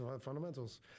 fundamentals